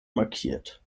markiert